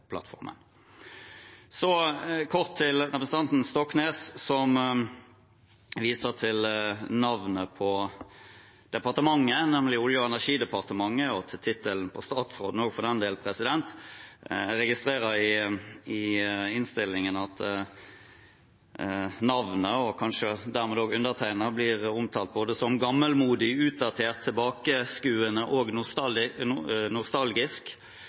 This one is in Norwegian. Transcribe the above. Så kort til representanten Stoknes, som viser til navnet på departementet, nemlig Olje- og energidepartementet – og til tittelen på statsråden også, for den del: Jeg registrerer i innstillingen at navnet, og kanskje dermed også undertegnede, blir omtalt som både «gammelmodig, utdatert, tilbakeskuende og nostalgisk». For å si det sånn: Jeg bærer tittelen som olje- og